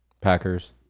Packers